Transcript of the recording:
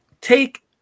take